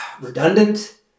redundant